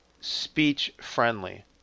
speech-friendly